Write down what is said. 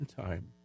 time